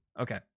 Okay